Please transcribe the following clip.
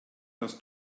das